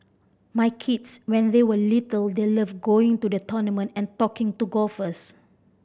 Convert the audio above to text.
my kids when they were little they loved going to the tournament and talking to golfers